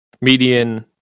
median